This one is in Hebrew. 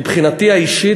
מבחינתי האישית,